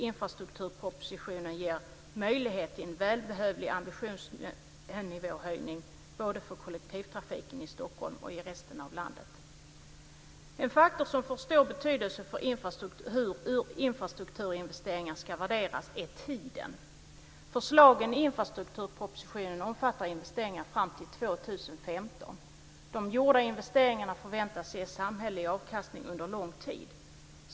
Infrastrukturpropositionen ger möjlighet till en välbehövlig ambitionsnivåhöjning för kollektivtrafiken både i Stockholm och i resten av landet. En faktor som får stor betydelse för hur infrastrukturinvesteringar ska värderas är tiden. Förslagen i infrastrukturpropositionen omfattar investeringar fram till 2015. De gjorda investeringarna förväntas ge samhällelig avkastning under lång tid.